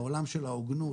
העולם של ההוגנות,